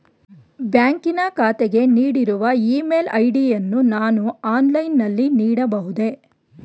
ಬ್ಯಾಂಕಿನ ಖಾತೆಗೆ ನೀಡಿರುವ ಇ ಮೇಲ್ ಐ.ಡಿ ಯನ್ನು ನಾನು ಆನ್ಲೈನ್ ನಲ್ಲಿ ನೀಡಬಹುದೇ?